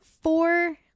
four